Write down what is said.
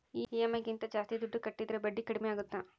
EMI ಗಿಂತ ಜಾಸ್ತಿ ದುಡ್ಡು ಕಟ್ಟಿದರೆ ಬಡ್ಡಿ ಕಡಿಮೆ ಆಗುತ್ತಾ?